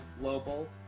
Global